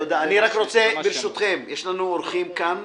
ברשותכם,